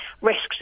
risks